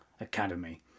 Academy